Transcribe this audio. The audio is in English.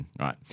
right